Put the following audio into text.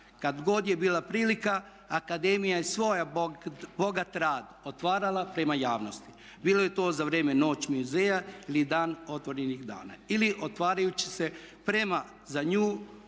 kada god je bila prilika akademija je svoj bogat rad otvarala prema javnosti. Bilo je to za vrijeme Noć muzeja ili Dan otvorenih vrata. Ili otvarajući se prema za nju